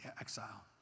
exile